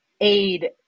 aid